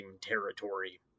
territory